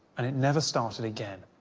and it never started again.